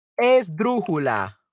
esdrújula